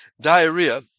Diarrhea